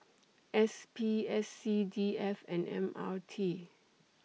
S P S C D F and M R T